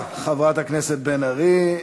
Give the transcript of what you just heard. תודה רבה, חברת הכנסת בן ארי.